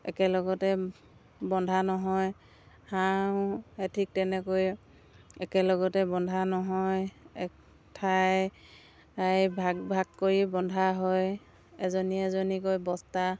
একেলগতে বন্ধা নহয় হাঁহও এ ঠিক তেনেকৈ একেলগতে বন্ধা নহয় এক ঠাই এ ভাগ ভাগ কৰি বন্ধা হয় এজনী এজনীকৈ বস্তা